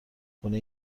خونه